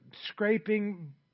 scraping